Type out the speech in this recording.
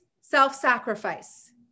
self-sacrifice